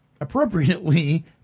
appropriately